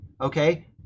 Okay